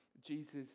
Jesus